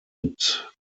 mit